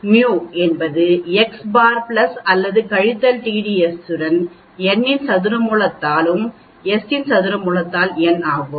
mu என்பது x bar plus அல்லது கழித்தல் t df s க்கு n இன் சதுர மூலத்தால் s இன் சதுர மூலத்தால் n ஆகும்